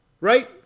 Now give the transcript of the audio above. right